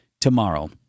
tomorrow